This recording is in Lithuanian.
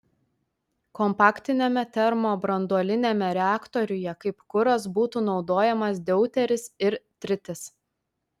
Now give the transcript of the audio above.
kompaktiniame termobranduoliniame reaktoriuje kaip kuras būtų naudojamas deuteris ir tritis